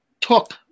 took